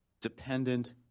dependent